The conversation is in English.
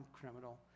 criminal